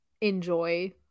enjoy